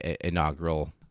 inaugural